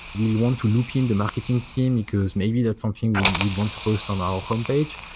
we want to loop in the marketing team, because maybe that's something we'd we'd want to post on our homepage.